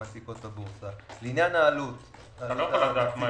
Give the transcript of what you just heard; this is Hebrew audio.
אתה לא יכול לדעת.